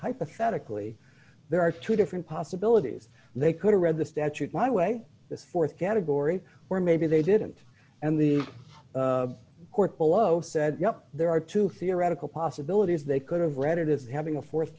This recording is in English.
hypothetically there are two different possibilities they could read the statute my way this th category or maybe they didn't and the court below said no there are two theoretical possibilities they could have read it as having a